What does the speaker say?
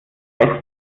besten